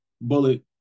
bullet